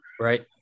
Right